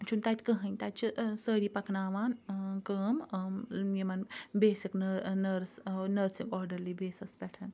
چھُن تَتہِ کہیٖنۍ تَتہِ چھِ سٲری پَکناوان کٲم یِمَن بیسِک نرس نرس یِم اوڈَرلی بیسَس پیٚٹھ